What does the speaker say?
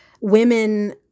women